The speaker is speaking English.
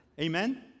Amen